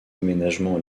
aménagements